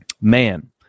Man